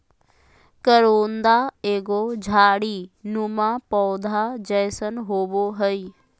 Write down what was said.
करोंदा एगो झाड़ी नुमा पौधा जैसन होबो हइ